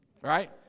Right